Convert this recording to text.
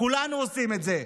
כולנו עושים את זה.